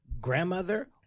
grandmother